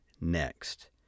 next